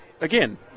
again